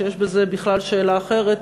שיש בזה בכלל שאלה אחרת,